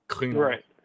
Right